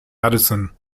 madison